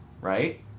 right